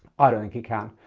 i don't think it can.